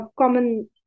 common